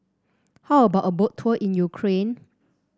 how about a Boat Tour in Ukraine